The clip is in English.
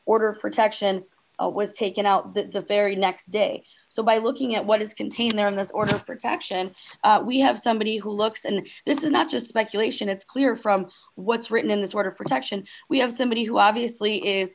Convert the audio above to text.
order for to action was taken out the very next day so by looking at what is contained there in this order of protection we have somebody who looks and this is not just speculation it's clear from what's written in that sort of protection we have somebody who obviously is